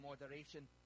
moderation